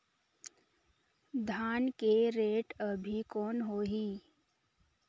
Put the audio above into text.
धान के रेट अभी कौन होही?